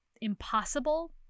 impossible